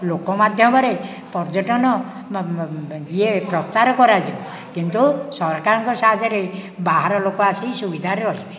ଲୋକ ମାଧ୍ୟମରେ ପର୍ଯ୍ୟଟନ ଇଏ ପ୍ରଚାର କରାଯିବ କିନ୍ତୁ ସରକାରଙ୍କ ସାହାଯ୍ୟରେ ବାହାର ଲୋକ ଆସି ସୁବିଧାରେ ରହିବେ